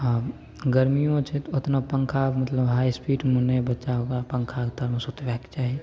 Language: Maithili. आओर गरमिओ छै तऽ ओतना पन्खा मतलब हाइ स्पीडमे नहि बच्चा ओकरा पन्खाके तरमे सुतबैके चाही